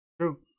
True